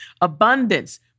Abundance